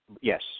Yes